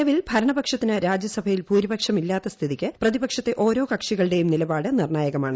നിലവിൽ ഭരണപക്ഷത്തിന് രാജ്യസഭയിൽ ഭൂരിപ്പ്ക്ഷമില്ലാത്ത സ്ഥിതിക്ക് പ്രതിപക്ഷത്തെ ഓരോ കക്ഷികളുടെയും നിലപാട് നിർണായകമാണ്